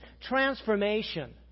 transformation